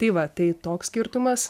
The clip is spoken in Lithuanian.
tai va tai toks skirtumas